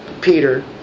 Peter